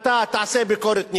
אתה תעשה ביקורת נגדי,